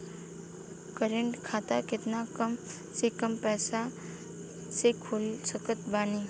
Current खाता केतना कम से कम पईसा से खोल सकत बानी?